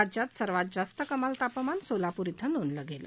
राज्यात सर्वात जास्त कमाल तापमान सोलापूर धिं नोंदवलं गेलं